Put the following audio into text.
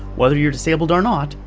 whether you're disabled or not,